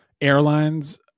airlines